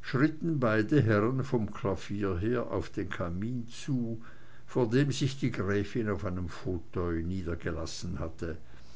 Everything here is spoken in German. schritten beide herren vom klavier her auf den kamin zu vor dem sich die gräfin auf einem fauteuil niedergelassen hatte